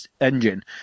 engine